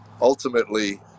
ultimately